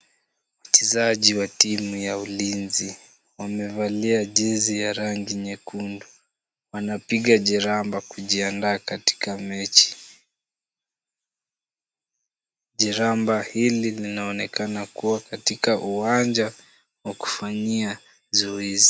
Wachezaji wa timu ya ulinzi wamevalia jezi ya rangi nyekundu. Wanapiga jeramba kujiandaa katika mechi. Jeramba hili linaonekana kuwa katika uwanja wa kufanyia zoezi.